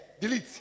delete